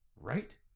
Right